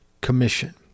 Commission